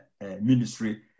ministry